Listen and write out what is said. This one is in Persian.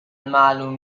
معلوم